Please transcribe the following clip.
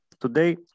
Today